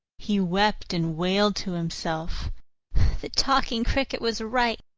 he wept and wailed to himself the talking cricket was right.